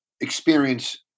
experience